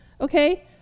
Okay